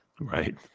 Right